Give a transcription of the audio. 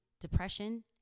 depression